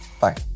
Bye